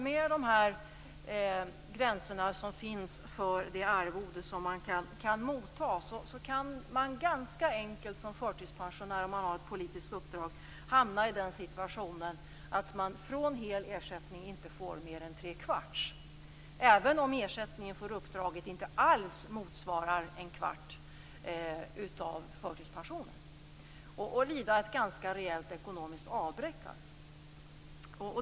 Med de gränser som finns för det arvode som man kan motta kan man ganska enkelt som förtidspensionär med ett politiskt uppdrag hamna i den situationen att man från att ha haft hel ersättning inte får mer än tre kvarts, även om ersättningen för uppdraget inte alls motsvarar en kvart av förtidspensionen. Man lider alltså ett ganska rejält ekonomiskt avbräck.